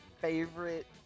favorite